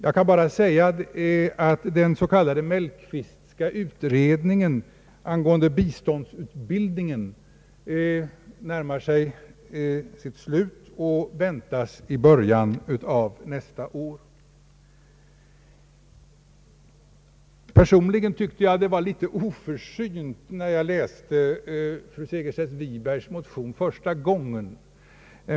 Jag vill bara tillägga att den s.k. Mellqvistska utredningen angående = biståndsutbildning närmar sig sitt slut och att resultatet väntas i början av nästa år. Personligen tyckte jag att formuleringen var litet oförsynt när jag läste fru Segerstedt Wibergs motion första gången.